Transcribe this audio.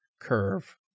curve